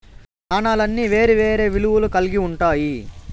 నాణాలన్నీ వేరే వేరే విలువలు కల్గి ఉంటాయి